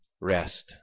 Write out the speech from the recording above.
rest